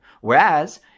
Whereas